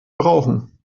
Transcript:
brauchen